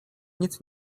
nic